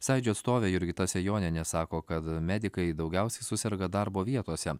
sąjūdžio atstovė jurgita sejonienė sako kad medikai daugiausiai suserga darbo vietose